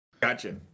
gotcha